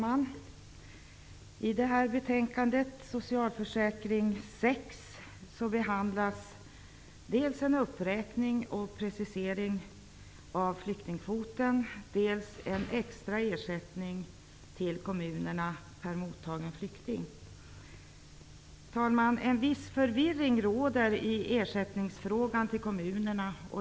Herr talman! I betänkande SfU6 behandlas dels en uppräkning och precisering av flyktingkvoten, dels en extra ersättning till kommunerna per mottagen flykting. Herr talman! Det råder en viss förvirring i frågan om ersättning till kommunerna.